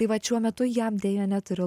tai vat šiuo metu jam deja neturiu